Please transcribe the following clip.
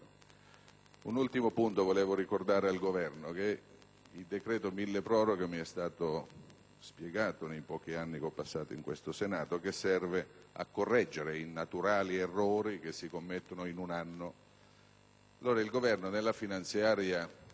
In ultimo, volevo ricordare al Governo un aspetto. Il decreto milleproroghe, mi è stato spiegato nei pochi anni che ho passato in questo Senato, serve a correggere i naturali errori che si commettono in un anno.